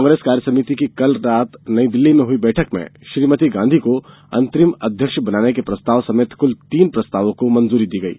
कांग्रेस कार्यसमिति की कल रात नई दिल्ली में हुई बैठक में श्रीमती गांधी को अंतरिम अध्यक्ष बनाने के प्रस्ताव समेत क्ल तीन प्रस्तावों को मंजूरी दी गयी